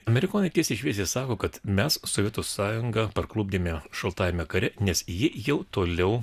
amerikonai tiesiai šviesiai sako kad mes sovietų sąjungą parklupdėme šaltajame kare nes ji jau toliau